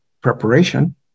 preparation